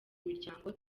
miryango